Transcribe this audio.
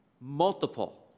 Multiple